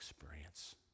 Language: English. experience